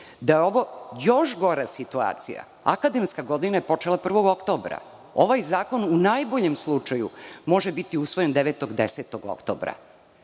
da je ovo još gora situacija. Akademska godina je počela 1. oktobra. Ovaj zakon, u najboljem slučaju, može biti usvojen 9, 10. oktobra.